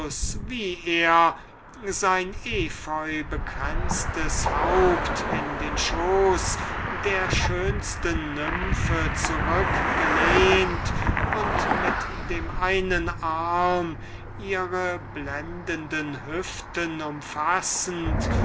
wie er sein efeu bekränztes haupt in den schoß der schönsten nymphe zurückgelehnt und mit dem einen arm ihre blendenden hüften umfassend